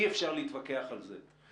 אי-אפשר להתווכח על זה,